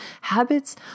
Habits